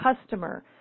customer